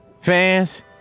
Fans